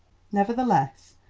nevertheless,